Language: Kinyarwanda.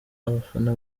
abafana